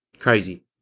Crazy